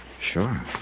Sure